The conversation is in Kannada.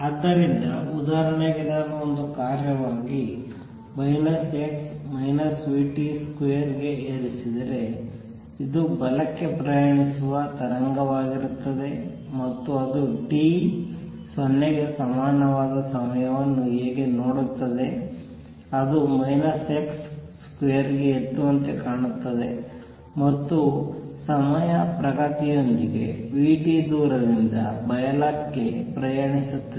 ಆದ್ದರಿಂದ ಉದಾಹರಣೆಗೆ ನಾನು ಒಂದು ಕಾರ್ಯವಾಗಿ minus x minus vt square ಗೆ ಏರಿಸಿದರೆ ಇದು ಬಲಕ್ಕೆ ಪ್ರಯಾಣಿಸುವ ತರಂಗವಾಗಿರುತ್ತದೆ ಮತ್ತು ಅದು t 0ಗೆ ಸಮನವಾದ ಸಮಯವನ್ನು ಹೇಗೆ ನೋಡುತ್ತದೆ ಅದು ಮೈನಸ್ x ಸ್ಕ್ವೇರ್ಗೆ ಎತ್ತುವಂತೆ ಕಾಣುತ್ತದೆ ಮತ್ತು ಸಮಯ ಪ್ರಗತಿಯೊಂದಿಗೆ v t ದೂರದಿಂದ ಬಲಕ್ಕೆ ಪ್ರಯಾಣಿಸುತ್ತದೆ